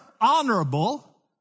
honorable